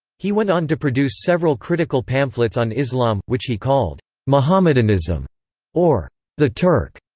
he went on to produce several critical pamphlets on islam, which he called mohammedanism or the turk.